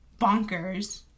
bonkers